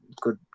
good